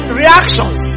reactions